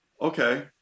okay